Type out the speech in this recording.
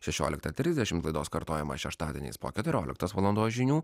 šešioliktą trisdešimt laidos kartojimą šeštadieniais po keturioliktos valandos žinių